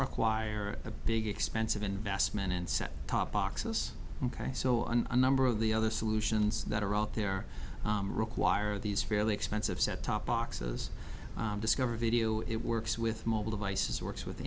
require a big expensive investment and set top boxes ok so on a number of the other solutions that are out there require these fairly expensive set top boxes discover video it works with mobile devices works with